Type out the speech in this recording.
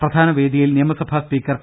പ്രധാനവേദിയിൽ നിയ മസഭാ speaker P